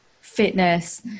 fitness